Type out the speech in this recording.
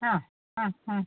ಹಾಂ ಹಾಂ ಹ್ಞೂ